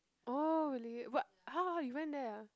oh really but !huh! !huh! you went there ah